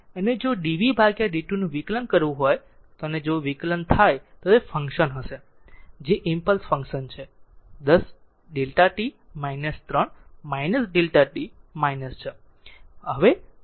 અને જો d v ભાગ્યા d tનું વિકલન કરવું તે જો વિકલન થાય તો તે તે ફંક્શન હશે જે ઈમ્પલસ ફંક્શન છે તે 10 Δ t 3 Δ t 6